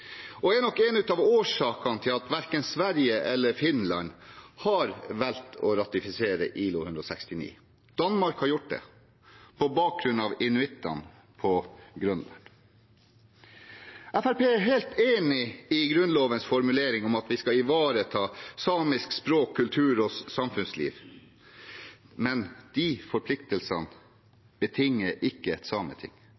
er nok en av årsakene til at verken Sverige eller Finland har valgt å ratifisere ILO-konvensjon nr. 169. Danmark har gjort det på bakgrunn av inuittene på Grønland. Fremskrittspartiet er helt enig i Grunnlovens formulering om at vi skal ivareta samisk språk, kultur og samfunnsliv, men de